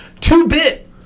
two-bit